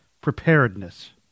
preparedness